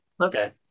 Okay